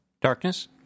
Darkness